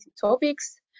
topics